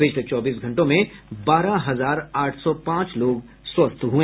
पिछले चौबीस घटों में बारह हजार आठ सौ पांच लोग स्वस्थ हुए